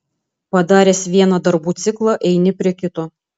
padaręs vieną darbų ciklą eini prie kito